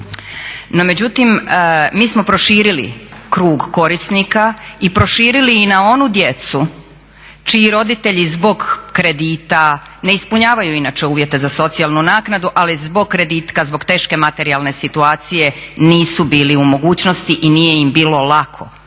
No međutim, mi smo proširili krug korisnika i proširili i na onu djecu čiji roditelji zbog kredita ne ispunjavaju inače uvjete za socijalnu naknadu ali zbog kredita zbog teške materijalne situacije nisu bili u mogućnosti i nije im bilo lako